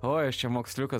oi aš čia moksliukas